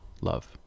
love